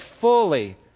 fully